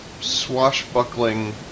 swashbuckling